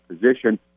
position